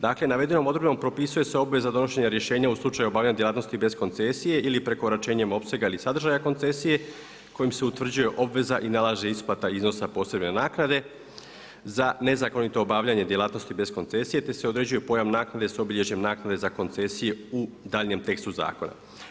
Dakle navedenom odredbom propisuje se obveza donošenja rješenja u slučaju obavljanja djelatnosti bez koncesije ili prekoračenjem opsega ili sadržaja koncesije kojom se utvrđuje obveza i nalaže isplata iznosa posebne naknade za nezakonito obavljanje djelatnosti bez koncesije te se određuje pojam naknade sa obilježjem naknade za koncesije u daljnjem tekstu zakona.